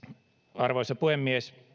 arvoisa puhemies